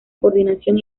coordinación